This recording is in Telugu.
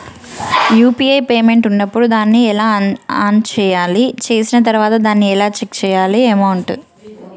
యూ.పీ.ఐ పేమెంట్ ఉన్నప్పుడు దాన్ని ఎలా ఆన్ చేయాలి? చేసిన తర్వాత దాన్ని ఎలా చెక్ చేయాలి అమౌంట్?